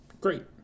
Great